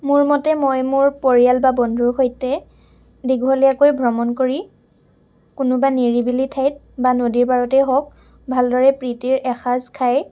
মোৰ মতে মই মোৰ পৰিয়াল বা বন্ধুৰ সৈতে দীঘলীয়াকৈ ভ্ৰমণ কৰি কোনোবা নিৰিবিলি ঠাইত বা নদীৰ পাৰতেই হওক ভালদৰে প্ৰীতিৰ এসাজ খাই